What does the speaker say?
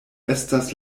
estas